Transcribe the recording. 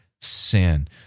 sin